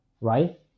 right